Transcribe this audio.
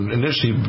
initially